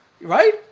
Right